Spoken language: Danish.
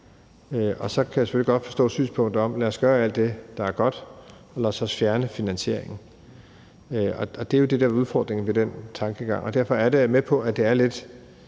Og så kan jeg selvfølgelig godt forstå synspunktet om at gøre alt det, der er godt, og så også fjerne finansieringen, og det er jo det, der er udfordringen ved den tankegang. Derfor er jeg med på, at det er lidt